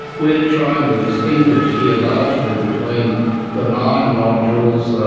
we are trying to distinguish here largely between benign nodules,